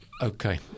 Okay